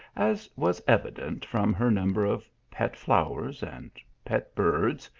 as was evident from her number of pet flowers, and pet birds,